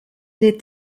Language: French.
est